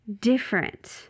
different